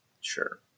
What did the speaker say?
Sure